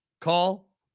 Call